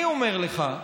אני אומר לך,